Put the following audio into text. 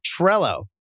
Trello